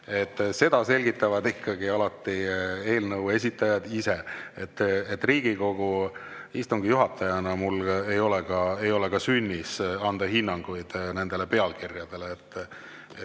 seda selgitavad ikkagi alati eelnõu esitajad ise. Riigikogu istungi juhatajana ei ole mul sünnis anda hinnanguid nendele pealkirjadele.